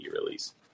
release